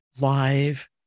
live